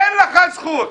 אין לך זכות.